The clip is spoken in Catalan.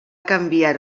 canviar